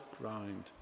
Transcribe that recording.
ground